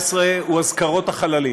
בבקשה, אדוני,